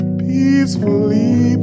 peacefully